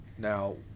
Now